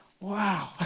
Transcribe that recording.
wow